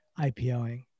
IPOing